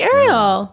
Ariel